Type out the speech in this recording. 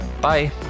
Bye